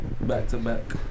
Back-to-back